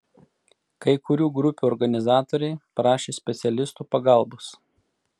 kai kurių grupių organizatoriai prašė specialistų pagalbos